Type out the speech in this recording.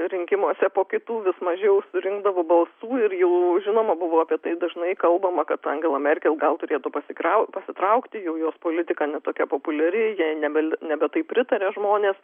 rinkimuose po kitų vis mažiau surinkdavo balsų ir jau žinoma buvo apie tai dažnai kalbama kad angela merkel gal turėtų pasikrau pasitraukti jau jos politika ne tokia populiari jai nebeli nebe taip pritaria žmonės